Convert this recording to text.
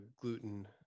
gluten